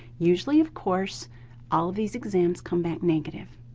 usually of course all of these exams come back negative